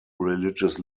religious